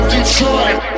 Detroit